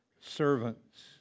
servants